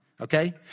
Okay